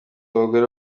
abagore